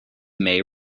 mae